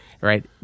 right